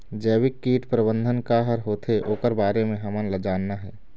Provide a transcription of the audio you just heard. जैविक कीट प्रबंधन का हर होथे ओकर बारे मे हमन ला जानना हे?